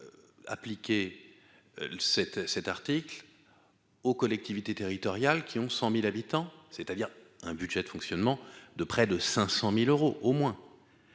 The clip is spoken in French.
appliquer le sept cet article aux collectivités territoriales, qui ont 100000 habitants, c'est-à-dire un budget de fonctionnement de près de 500000 euros au moins,